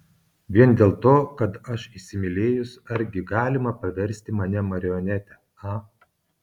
vien dėl to kad aš įsimylėjus argi galima paversti mane marionete a